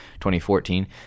2014